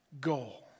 goal